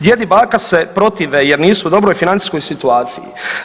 Djed i baka se protive jer nisu u dobroj financijskoj situaciji.